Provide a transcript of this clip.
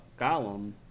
Gollum